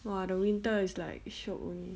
!wah! the winter is like shiok only